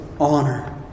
honor